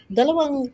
dalawang